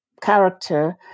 character